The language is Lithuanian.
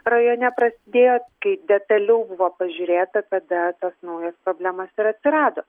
rajone prasidėjo kai detaliau buvo pažiūrėta kada tos naujos problemos ir atsirado